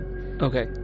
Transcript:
Okay